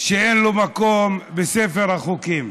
שאין לו מקום בספר החוקים.